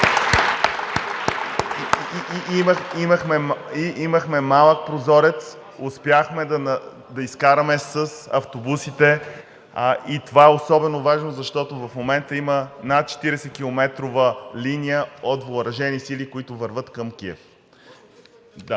Имахме малък прозорец, успяхме да ги изкараме с автобуси и това е особено важно, защото в момента има над 40-километрова линия от въоръжени сили, които вървят към Киев.